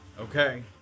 Okay